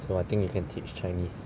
so I think you can teach chinese